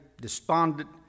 despondent